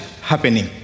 happening